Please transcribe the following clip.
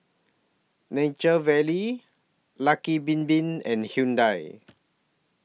Nature Valley Lucky Bin Bin and Hyundai